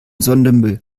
sondermüll